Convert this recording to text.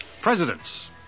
Presidents